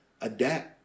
adapt